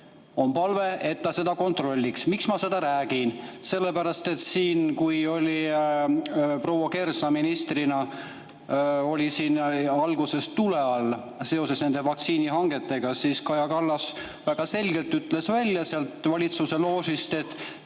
on palve, et ta seda kontrolliks. Miks ma seda räägin? Kui proua Kersna ministrina oli siin alguses tule all seoses vaktsiinihangetega, siis Kaja Kallas väga selgelt ütles välja sealt valitsuse loožist, et